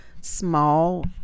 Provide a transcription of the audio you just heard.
small